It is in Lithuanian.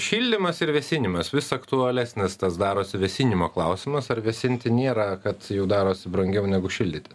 šildymas ir vėsinimas vis aktualesnis tas darosi vėsinimo klausimas ar vėsinti nėra kad jau darosi brangiau negu šildyti